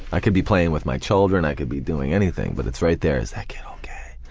i could be playing with my children, i could be doing anything but it's right there. is that kid okay?